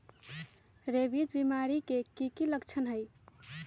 rabies बीमारी के कि कि लच्छन हई